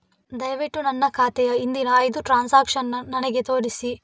ದಯವಿಟ್ಟು ನನ್ನ ಖಾತೆಯ ಹಿಂದಿನ ಐದು ಟ್ರಾನ್ಸಾಕ್ಷನ್ಸ್ ನನಗೆ ತೋರಿಸಿ